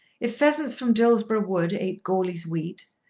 if pheasants from dillsborough wood ate goarly's wheat,